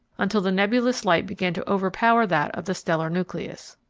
until the nebulous light began to overpower that of the stellar nucleus.